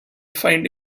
find